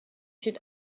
should